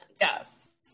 yes